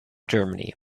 germany